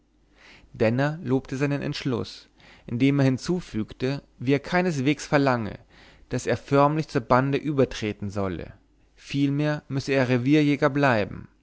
denner lobte seinen entschluß indem er hinzufügte wie er keineswegs verlange daß er förmlich zur bande übertreten solle vielmehr müsse er revierjäger bleiben